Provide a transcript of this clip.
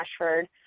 Ashford